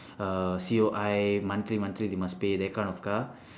uh C_O_I monthly monthly they must pay that kind of car